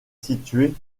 située